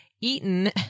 eaten